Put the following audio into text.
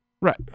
Right